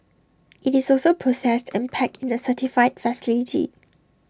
IT is also processed and packed in the certified facility